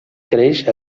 creix